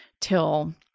till